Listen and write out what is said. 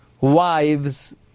wives